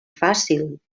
fàcil